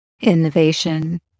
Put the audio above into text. innovation